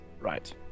Right